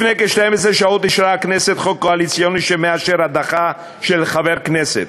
לפני כ-12 שעות אישרה הכנסת חוק קואליציוני שמאשר הדחה של חברי כנסת.